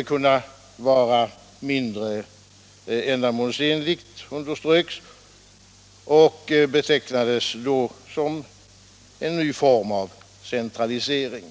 betecknades som mindre ändamålsenligt och som en ny form av centralisering.